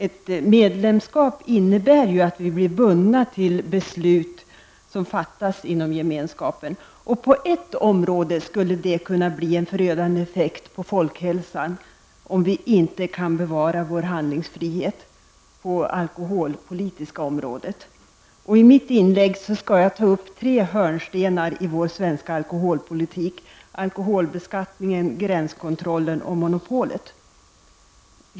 Ett medlemskap innebär ju att vi blir bundna till beslut som fattas inom gemenskapen. På ett område skulle det kunna bli en förödande effekt på folkhälsan, om vi inte kan bevara vår handlingsfrihet: det alkoholpolitiska området. I mitt inlägg skall jag ta upp tre hörnstenar i vår svenska alkoholpolitik: alkoholbeskattningen, gränskontrollen och monopolet.